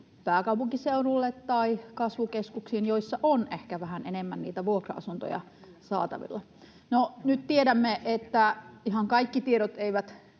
pääkaupunkiseudulle tai kasvukeskuksiin, joissa on ehkä vähän enemmän niitä vuokra-asuntoja saatavilla? No, nyt kun tiedämme, että ihan kaikki tiedot eivät